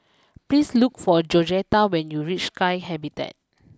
please look for Georgetta when you reach Sky Habitat